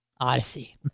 Odyssey